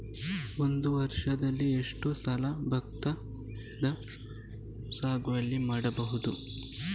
ಒಂದು ವರ್ಷದಲ್ಲಿ ಎಷ್ಟು ಸಲ ಭತ್ತದ ಸಾಗುವಳಿ ಮಾಡಬಹುದು?